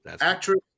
Actress